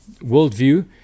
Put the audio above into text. worldview